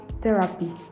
therapy